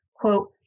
quote